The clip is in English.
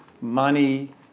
Money